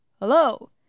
Hello